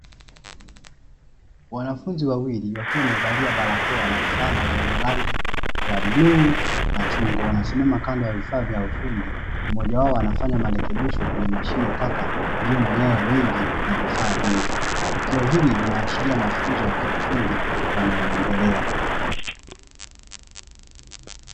Wanafunzi wawili, wakiwa wamevalia barakoa na fulana zenye rangi ya bluu na chungwa, wamesimama kando ya vifaa vya ufundi, mmoja wao anafanya marekebisho kwenye mashine tata iliyo na nyaya nyingi na vifaa vingi. Tukio hili linaashiria mafunzo ya kiufundi yanayoendelea.